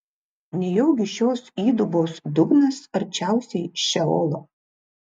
nejaugi šios įdubos dugnas arčiausiai šeolo